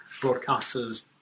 broadcasters